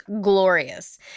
glorious